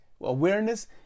awareness